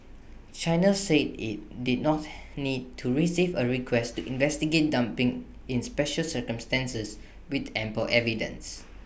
China said IT did not need to receive A request to investigate dumping in special circumstances with ample evidence